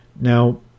Now